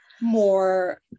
more